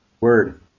Word